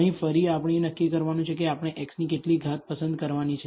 અહીં ફરી આપણે એ નક્કી કરવાનું છે કે આપણે x ની કેટલી ઘાત પસંદ કરવાની છે